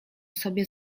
sobie